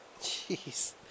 Jeez